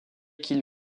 qu’il